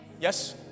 Yes